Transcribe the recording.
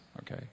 okay